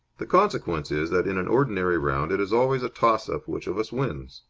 the consequence is that in an ordinary round it is always a toss-up which of us wins.